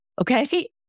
Okay